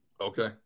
Okay